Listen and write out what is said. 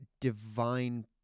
divine